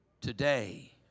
Today